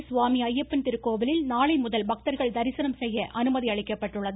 சபரிமலை சுவாமி ஐயப்பன் திருக்கோவிலில் நாளைமுதல் பக்தர்கள் தரிசனம் செய்ய அனுமதி அளிக்கப்பட்டுள்ளது